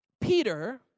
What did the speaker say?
Peter